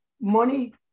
money